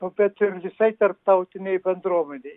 o bet ir visai tarptautinei bendrovei